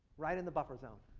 right in the buffer zone.